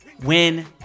Win